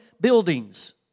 buildings